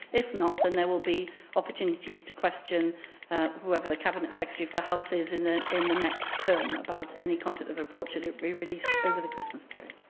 if not, then there will be opportunities to question whoever the cabinet secretary for health is in the in the next term about any content of the report, should it be released over the christmas period.